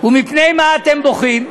ומפני מה אתם בוכים?